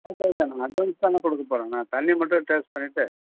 okay okay நாங்கள் advance தானே கொடுக்கப்போறோம் நான் தண்ணி மட்டும் டேஸ்ட் பண்ணிவிட்டு